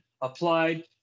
applied